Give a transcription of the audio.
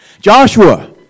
Joshua